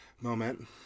Moment